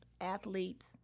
athletes